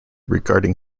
regarding